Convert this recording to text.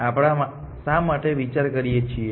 આપણે શા માટે વિચાર કરીએ છીએ